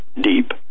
deep